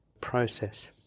process